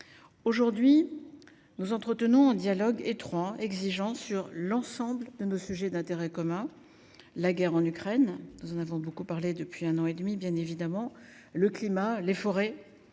Aujourd’hui, nous entretenons un dialogue étroit et exigeant sur l’ensemble de nos sujets d’intérêt commun : la guerre en Ukraine – nous en avons